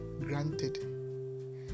granted